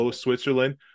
Switzerland